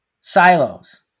silos